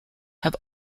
have